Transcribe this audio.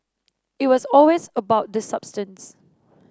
it was always about the substance